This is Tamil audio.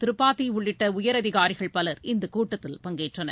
திரிபாதி உள்ளிட்ட உயரதிகாரிகள் பலர் இக்கூட்டத்தில் பங்கேற்றனர்